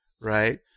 right